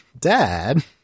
Dad